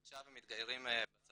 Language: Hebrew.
עכשיו הם מתגיירים בצבא,